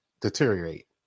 deteriorate